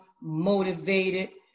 motivated